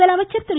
முதலமைச்சர் திரு